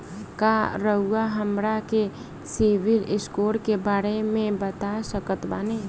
का रउआ हमरा के सिबिल स्कोर के बारे में बता सकत बानी?